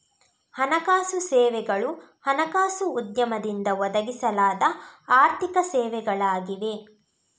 ಹಣಕಾಸು ಸೇವೆಗಳು ಹಣಕಾಸು ಉದ್ಯಮದಿಂದ ಒದಗಿಸಲಾದ ಆರ್ಥಿಕ ಸೇವೆಗಳಾಗಿವೆ